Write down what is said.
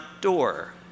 door